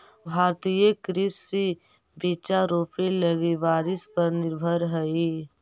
भारतीय कृषि बिचा रोपे लगी बारिश पर निर्भर हई